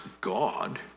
God